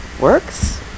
works